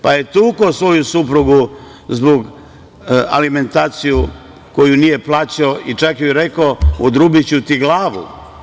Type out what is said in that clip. Pa je tukao svoju suprugu zbog alimentacije koju nije plaćao i čak joj je rekao – odrubiću ti glavu.